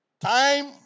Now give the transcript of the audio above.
Time